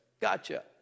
Gotcha